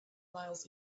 miles